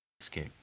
escape